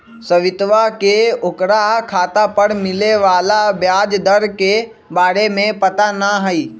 सवितवा के ओकरा खाता पर मिले वाला ब्याज दर के बारे में पता ना हई